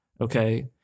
okay